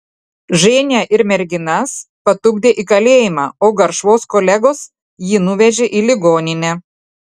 ženią ir merginas patupdė į kalėjimą o garšvos kolegos jį nuvežė į ligoninę